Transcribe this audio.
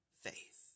faith